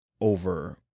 over